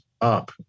up